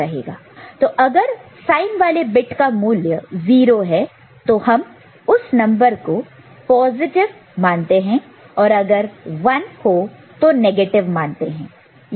तो अगर साइन वाले बिट का मूल्य 0 है तो हम उस नंबर को पॉजिटिव मानते हैं और अगर 1 हो तो नेगेटिव मानते हैं